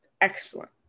excellent